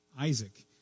Isaac